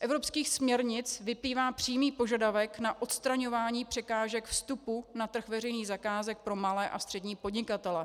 Z evropských směrnic vyplývá přímý požadavek na odstraňování překážek vstupu na trh veřejných zakázek pro malé a střední podnikatele.